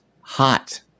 hot